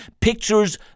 pictures